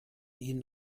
ihnen